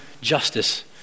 justice